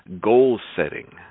goal-setting